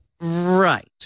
Right